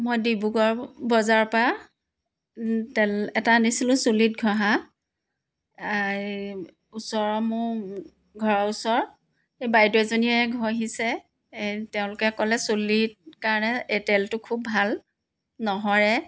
মই ডিব্ৰুগড় বজাৰৰ পৰা তেল এটা আনিছিলোঁ চুলিত ঘঁহা ওচৰৰ মোৰ ঘৰৰ ওচৰত এই বাইদেউ এজনীয়ে ঘঁহিছে তেওঁলোকে ক'লে চুলিত কাৰণে এই তেলটো খুব ভাল নসৰে